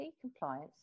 compliance